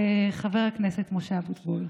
חבר הכנסת משה אבוטבול,